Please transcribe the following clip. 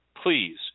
Please